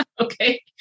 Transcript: okay